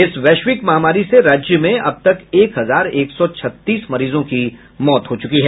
इस वैश्विक महामारी से राज्य में अब तक एक हजार एक सौ छत्तीस मरीजों की मौत हो चुकी है